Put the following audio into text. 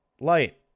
Light